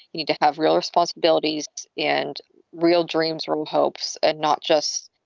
you need to have real responsibilities and real dreams, real hopes. and not just,